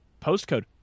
postcode